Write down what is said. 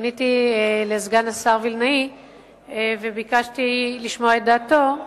לסגן השר וילנאי וביקשתי לשמוע את דעתו,